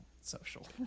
social